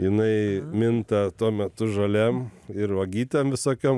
jinai minta tuo metu žolėm ir uogytėm visokiom